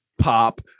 pop